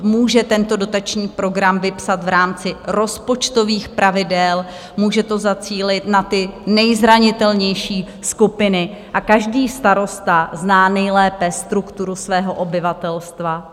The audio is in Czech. Může tento dotační program vypsat v rámci rozpočtových pravidel, může to zacílit na ty nejzranitelnější skupiny, a každý starosta zná nejlépe strukturu svého obyvatelstva.